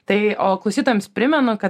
tai o klausytojams primenu kad